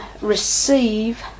Receive